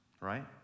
Right